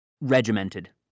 regimented